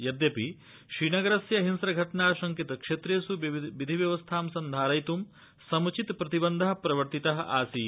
यद्यपि श्रीनगरस्य हिंस्रघटनाशंकित क्षेत्रेष् विधिव्यवस्थां संधारयित् सम्चित प्रतिबन्ध प्रवर्तित आसीत्